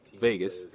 Vegas